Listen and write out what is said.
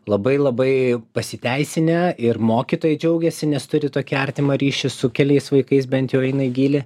labai labai pasiteisinę ir mokytojai džiaugiasi nes turi tokį artimą ryšį su keliais vaikais bent jau eina į gylį